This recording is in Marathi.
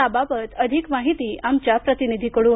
याबाबत अधिक माहिती आमच्या प्रतिनिधीकडून